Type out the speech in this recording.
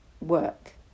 work